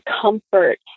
comfort